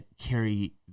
carry